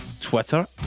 Twitter